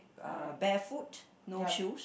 uh barefoot no shoes